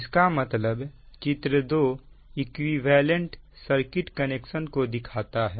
इसका मतलब चित्र 2 इक्विवेलेंट सर्किट कनेक्शन को दिखाता है